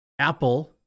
Apple